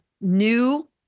new